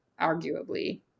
arguably